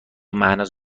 مهناز